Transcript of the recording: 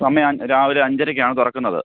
സമയം രാവിലെ അഞ്ചരക്കാണ് തുറക്കുന്നത്